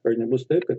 ar nebus taip kad